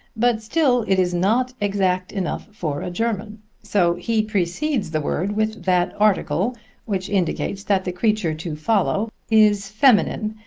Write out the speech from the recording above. but still it is not exact enough for a german so he precedes the word with that article which indicates that the creature to follow is feminine,